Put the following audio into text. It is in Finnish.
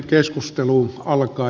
keskustelu alkaa